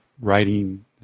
writing